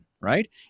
right